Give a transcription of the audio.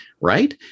Right